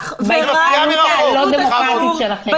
--- הלא דמוקרטית שלכם.